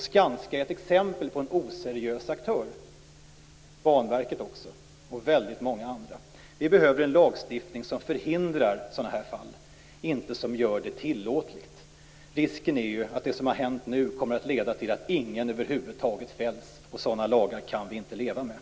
Skanska är ett exempel på en oseriös aktör. Detsamma gäller Banverket och väldigt många andra. Vi behöver en lagstiftning som förhindrar sådana här fall, inte en som gör dem tillåtliga. Risken är ju att det som har hänt nu inte kommer att leda till att någon över huvud taget fälls. Sådana lagar kan vi inte leva med.